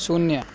શૂન્ય